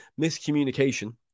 miscommunication